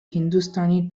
hindustani